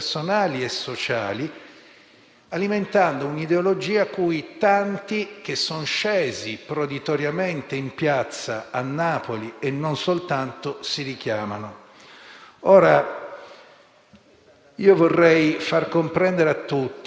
perché il Ministro ci ha ricordato che in questi contesti - per come anche le immagini, che sono state quasi vivisezionate, hanno potuto accertare - non soltanto ci sono stati militanti dell'estrema destra